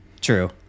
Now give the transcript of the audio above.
true